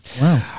Wow